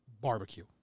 barbecue